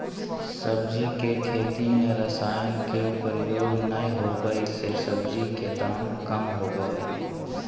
सब्जी के खेती में रसायन के प्रयोग नै होबै से सब्जी के दाम कम होबो हइ